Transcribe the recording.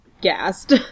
...gassed